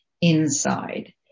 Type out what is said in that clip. inside